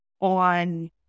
on